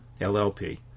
LLP